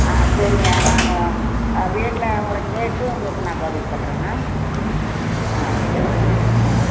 ஆ சரிங்க நான் வீட்டில் அவரை கேட்டு உங்களுக்கு நான் பதில் சொல்றேங்க ஆ சரி ஆ